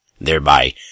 Thereby